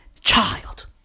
child